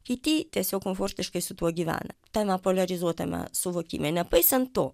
kiti tiesiog komfortiškai su tuo gyvena tame poliarizuotame suvokime nepaisant to